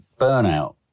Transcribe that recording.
burnout